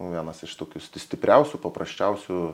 vienas iš tokių stipriausių paprasčiausių